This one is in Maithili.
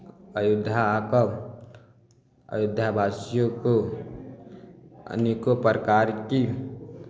अयोध्या आ कऽ अयोध्या वासियोँ को अनेकोँ प्रकार की